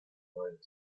noise